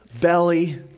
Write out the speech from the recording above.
Belly